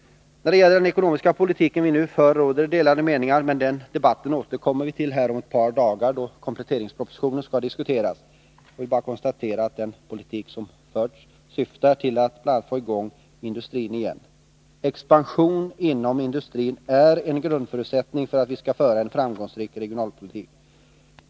När det gäller den ekonomiska politik som vi nu för råder också delade meningar, men den debatten återkommer vi till om ett par dagar då kompletteringspropositionen skall diskuteras. Jag vill bara konstatera att den politik som förs syftar till att bl.a. få i gång industrin igen. Expansion inom industrin är en grundförutsättning för att vi skall kunna föra en framgångsrik regionalpolitik.